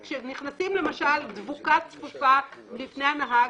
כשנכנסת דבוקה צפופה ליד הנהג,